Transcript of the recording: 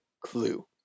Clue